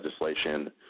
legislation